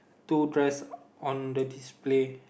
two dress on the display